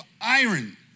iron